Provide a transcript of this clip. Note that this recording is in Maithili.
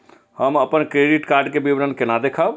हम अपन क्रेडिट कार्ड के विवरण केना देखब?